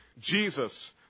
Jesus